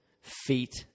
feet